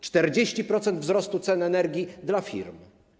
40-procentowy wzrost cen energii dla firm.